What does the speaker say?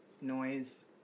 noise